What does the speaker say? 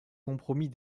compromis